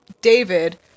David